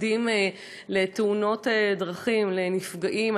עדים לתאונות דרכים, לנפגעים.